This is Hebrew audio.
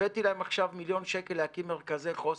הבאתי להם עכשיו מיליון שקלים להקים מרכזי חוסן.